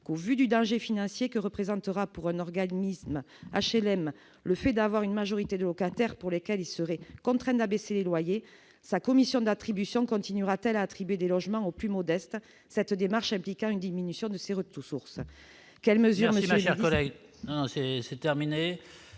qu'au vu du danger financier que représentera pour un organisme HLM, le fait d'avoir une majorité de locataires pour lesquels il serait contraint d'abaisser les loyers, sa commission d'attribution continuera-t-elle à attribuer des logements aux plus modestes, cette démarche impliquant une diminution de ces retouches source